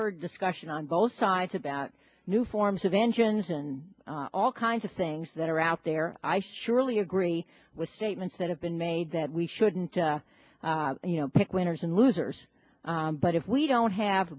heard discussion on both sides about new forms of engines and all kinds of things that are out there i surely agree with statements that have been made that we shouldn't you know pick winners and losers but if we don't have